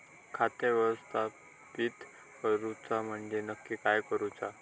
खाता व्यवस्थापित करूचा म्हणजे नक्की काय करूचा?